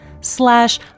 slash